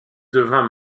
devint